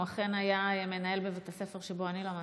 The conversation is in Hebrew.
הוא אכן היה מנהל בבית הספר שבו אני למדתי,